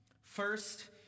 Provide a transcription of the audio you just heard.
First